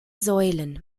säulen